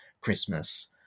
Christmas